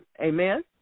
Amen